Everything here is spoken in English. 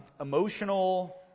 emotional